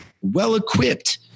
well-equipped